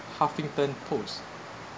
huffington post